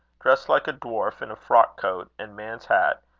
dressed like a dwarf, in a frock coat and man's hat,